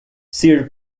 sir